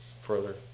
further